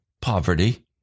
poverty